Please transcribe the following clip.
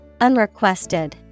Unrequested